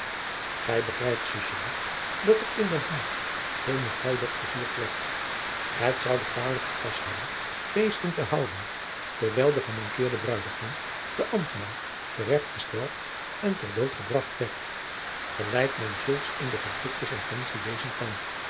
gij begrijpt zusje lief dat er in den haag geene bruiloft gevierd werd het zoude kwalijk gepast hebben feesten te houden terwijl de gemanqueerde bruidegom de ambtman te recht gesteld en ter dood gebracht werd gelijk men zulks in de gedrukte sententie lezen kan